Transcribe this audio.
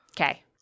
okay